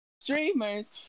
streamers